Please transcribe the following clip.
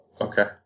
Okay